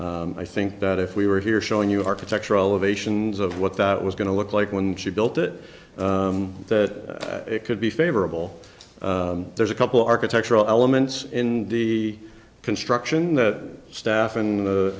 i think that if we were here showing you architectural ovations of what that was going to look like when she built it that it could be favorable there's a couple architectural elements in the construction that staff in the